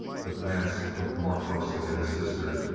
but vance looked more closely at his sister.